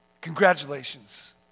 Congratulations